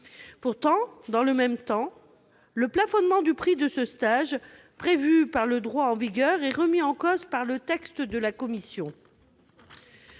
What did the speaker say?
Pourtant, dans le même temps, le plafonnement du prix de ce stage, prévu par le droit en vigueur, est remis en cause par le texte de la commission.